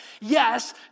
yes